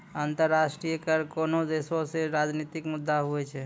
अंतर्राष्ट्रीय कर कोनोह देसो रो राजनितिक मुद्दा हुवै छै